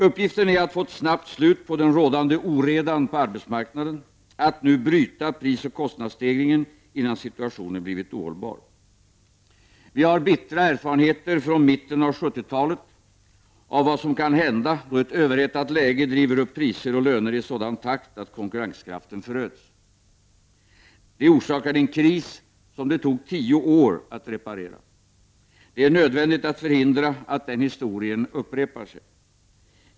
Uppgiften är att få ett snabbt slut på den rådande oredan på arbetsmarknaden, att nu bryta prisoch kostnadsstegringen innan situationen blivit ohållbar. Vi har bittra erfarenheter från mitten av 70-talet av vad som kan hända då ett överhettat läge driver upp priser och löner i en sådan takt att konkurrenskraften föröds. Det orsakade en kris som det tog tio år att reparera. Det är nödvändigt att förhindra att den historien upprepar sig.